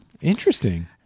Interesting